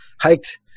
hiked